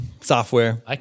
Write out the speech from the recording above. Software